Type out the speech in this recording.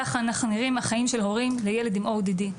ככה אנחנו נראים החיים של הורים לילד עם ODD,